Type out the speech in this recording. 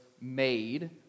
made